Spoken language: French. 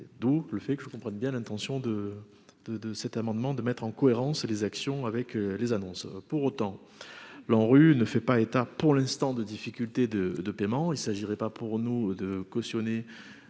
d'où le fait que je comprenne bien l'intention de de de cet amendement, de mettre en cohérence les actions avec les annonces pour autant, la rue ne fait pas état pour l'instant de difficultés de paiement, il s'agirait pas pour nous de cautionner